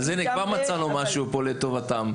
אז כבר מצאנו משהו לטובתם.